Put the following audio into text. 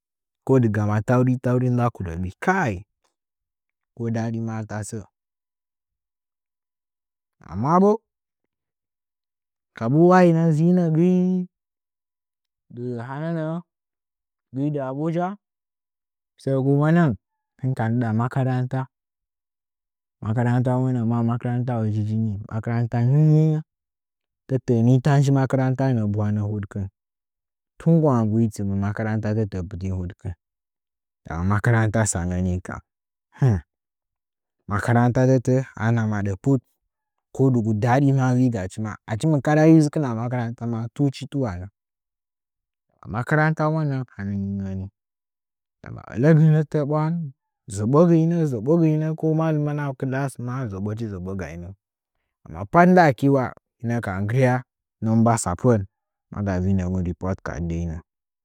Ko dɨgama tauri tauri nda kurəɓi kai ko dadi ma tasə amma bo kambu waina dzinə go dɨ hanə nə’ə gi dɨ abuja səgi walya hɨnka ndɨda maka ranta makarantaunəgən makaranta ujiuji ni makaranta ngiu ngiuwə təllə’ə ni nji makaranta nə’ə bwə’ənə hudkɨn ko bwangchi makarantatətə’ə ətɨn huɗkɨn ndama makaranta səngə nikam makaranta tətə’ə a maɗə put daadi maa vii gachi aci mɨ karadi dzɨkɨn kuma tuchi tuwanə makarantaunəngən zəɓogəinə ko malɨməna class ma zəɓəchi zəɓogainə amma pat nda aki hinə ka nggirya numer tsapən matha vinəmɨn repərtcard ndəinə.